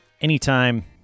Anytime